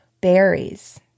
berries